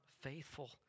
faithful